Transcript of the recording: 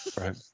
Right